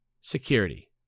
security